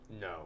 No